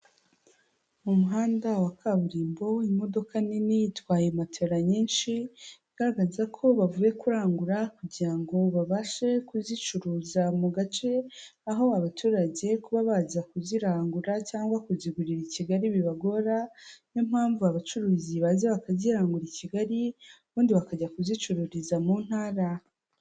Mu muhanda wa kaburimbo, imodoka nini iitwaye matera nyinshi, igaragaza ko bavuye kurangura kugira babashe kuzicuruza mu gace, aho abaturage kuba baza kuzirangura cyangwa kuzigurira i Kigali bibagora, ni yo mpamvu abacuruzi baza bakazigura i Kigali, ubundi bakajya kuzicururiza mu ntara.